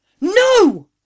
No